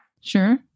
Sure